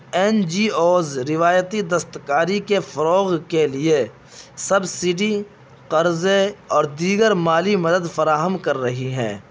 N G Os روایتی دستکاری کے فروغ کے لیے سبسڈی قرضے اور دیگر مالی مدد فراہم کر رہی ہے